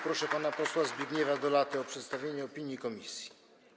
Proszę pana posła Zbigniewa Dolatę o przedstawienie opinii komisji.